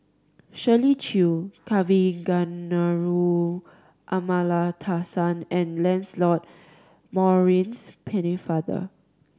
Shirley Chew Kavignareru Amallathasan and Lancelot Maurice Pennefather